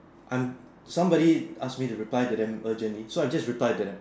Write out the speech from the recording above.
I'm somebody asked me to reply to them urgently so I just reply to them